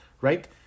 right